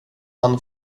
han